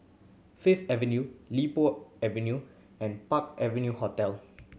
Fifth Avenue Li Po Avenue and Park Avenue Hotel